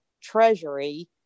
treasury